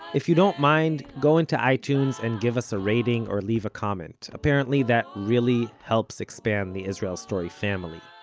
if you don't mind, go into itunes and give us a rating or leave a comment. apparently, that really helps expand the israel story family